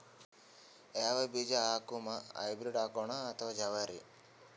ಯಾವ ಬೀಜ ಹಾಕುಮ, ಹೈಬ್ರಿಡ್ ಹಾಕೋಣ ಅಥವಾ ಜವಾರಿ?